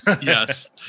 yes